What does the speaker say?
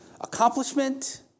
accomplishment